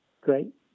great